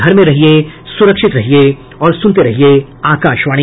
घर में रहिये सुरक्षित रहिये और सुनते रहिये आकाशवाणी